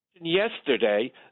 Yesterday